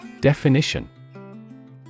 Definition